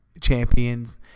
champions